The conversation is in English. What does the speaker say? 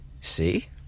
See